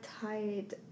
tied